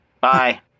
Bye